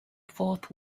fourth